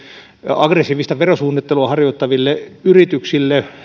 aggressiivista verosuunnittelua harjoittaville yrityksille